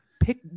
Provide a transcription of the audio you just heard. pick